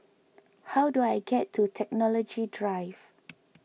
how do I get to Technology Drive